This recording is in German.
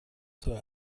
zur